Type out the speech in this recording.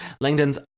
Langdon's